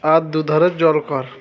আর দুধারে জলকর